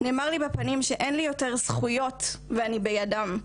נאמר לי בפנים שאין לי יותר זכויות ואני בידם.